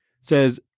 says